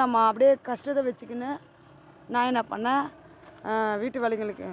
நம்ம அப்படியே கஷ்டத்த வச்சிக்கின்னு நான் என்ன பண்ணிணேன் வீட்டு வேலைங்களுக்கு